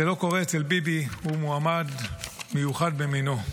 זה לא קורה אצל ביבי, הוא מועמד מיוחד במינו.